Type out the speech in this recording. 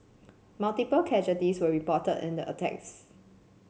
multiple casualties were reported and the attacks